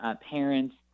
parents